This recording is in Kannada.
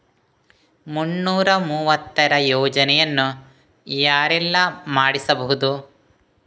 ಮುನ್ನೂರ ಮೂವತ್ತರ ಯೋಜನೆಯನ್ನು ಯಾರೆಲ್ಲ ಮಾಡಿಸಬಹುದು?